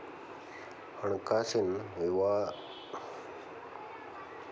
ಹಣ್ಕಾಸಿನ್ ಅಪರಾಧಾ ಮಾಡ್ದೊರಿಗೆ ಏನ್ ಶಿಕ್ಷೆ ವಿಧಸ್ತಾರ?